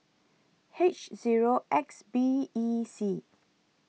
H Zero X B E C